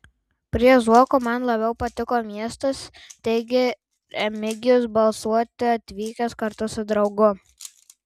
prie zuoko man labiau patiko miestas teigė remigijus balsuoti atvykęs kartu su draugu